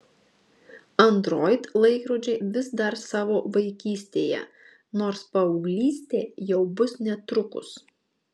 android laikrodžiai vis dar savo vaikystėje nors paauglystė jau bus netrukus